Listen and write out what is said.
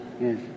Yes